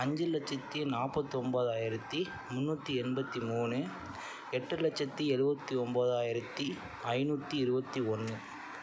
அஞ்சு லட்சத்தி நாப்பத்தொம்பதாயிரத்தி முந்நூற்றி எண்பத்தி மூணு எட்டு லட்சத்தி எழுபத்தி ஒம்பதாயிரத்தி ஐந்நூற்றி இருபத்தி ஒன்று